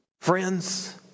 Friends